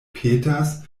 petas